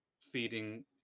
feeding